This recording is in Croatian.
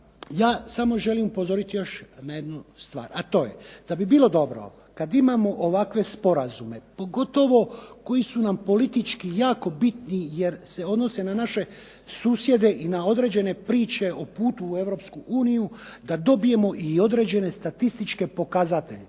samo upozoriti na još jednu stvar, a to je da bi bilo dobro kada imamo ovakve sporazume pogotovo koji su nam politički jako bitni, jer se odnose na naše susjede i na određene priče o putu u Europsku uniju da dobijemo i određene statističke pokazatelje.